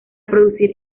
producir